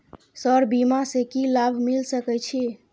Sir बीमा से की लाभ मिल सके छी?